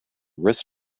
rhys